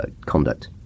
conduct